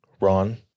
Ron